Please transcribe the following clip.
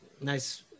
nice